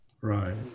Right